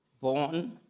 born